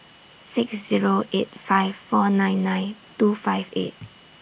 six Zero eight five four nine nine two five eight